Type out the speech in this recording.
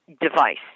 device